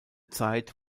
zeit